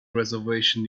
reservation